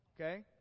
Okay